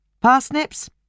Parsnips